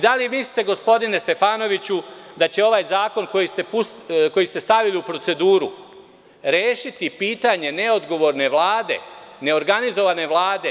Da li mislite gospodine Stefanoviću da će ovaj zakon, koji ste stavili u proceduru rešiti pitanje neodgovorne Vlade, neorganizovane Vlade?